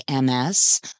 MS